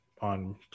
on